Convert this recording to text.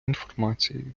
інформацією